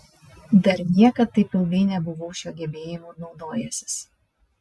dar niekad taip ilgai nebuvau šiuo gebėjimu naudojęsis